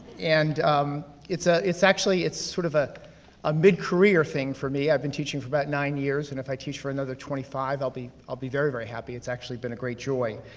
and um it's ah it's actually sort of ah a big career thing for me. i've been teaching for about nine years, and if i teach for another twenty five i'll be i'll be very, very happy. it's actually been a great joy.